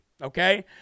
Okay